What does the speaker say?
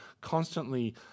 constantly